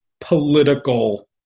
political